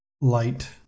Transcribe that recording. light